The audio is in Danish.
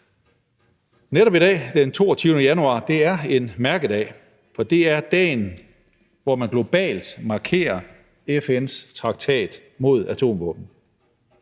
dagen i dag, den 22. januar, er en mærkedag, for det er dagen, hvor man globalt markerer FN's traktat mod atomvåben.